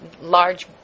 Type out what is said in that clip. large